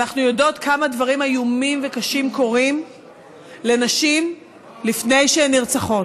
אנחנו יודעות כמה דברים איומים וקשים קורים לנשים לפני שהן נרצחות,